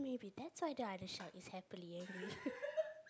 maybe that's why the other shark is happily angry